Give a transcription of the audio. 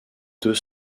deux